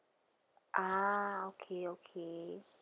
ah okay okay